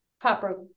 proper